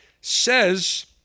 says